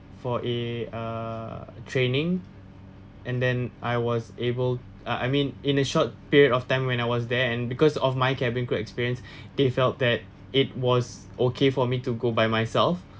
for a uh training and then I was able I I mean in a short period of time when I was there and because of my cabin crew experience they felt that it was okay for me to go by myself